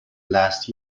last